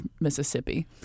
Mississippi